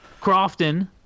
Crofton